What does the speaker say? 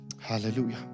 Hallelujah